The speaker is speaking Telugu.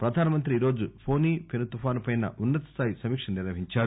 ప్రధానమంత్రి ఈరోజు ఫోని పెను తుఫాన్ పై ఉన్న తస్లాయి సమీక్ష నిర్వహించారు